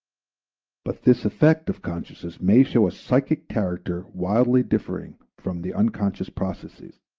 but this effect of consciousness may show a psychic character widely differing from the unconscious process,